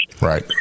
Right